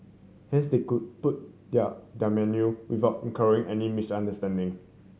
hence they could put their menu without incurring any misunderstanding